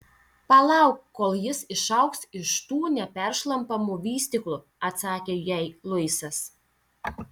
palauk kol jis išaugs iš tų neperšlampamų vystyklų atsakė jai luisas